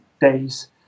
days